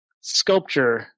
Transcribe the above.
sculpture